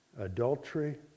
adultery